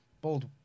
Bold